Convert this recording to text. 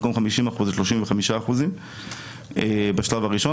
במקום 50% ל-35% בשלב הראשון.